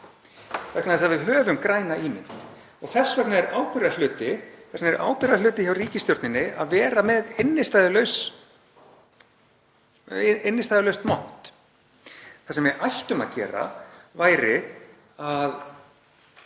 vegna þess að við höfum græna ímynd. Þess vegna er ábyrgðarhluti hjá ríkisstjórninni að vera með innstæðulaust mont. Það sem við ættum að gera væri að